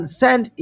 send